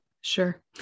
sure